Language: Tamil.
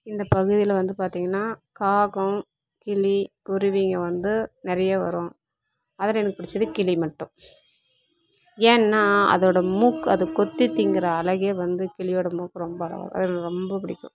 இந்த பகுதியில் வந்து பார்த்திங்கன்னா காகம் கிளி குருவிகள் வந்து நிறைய வரும் அதில் எனக்கு பிடிச்சது கிளி மட்டும் ஏன்னால் அதோட மூக்கு அது கொத்தி திங்கிற அழகே வந்து கிளியோட மூக்கு ரொம்ப அழகாக அவருக்கு ரொம்ப பிடிக்கும்